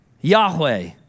Yahweh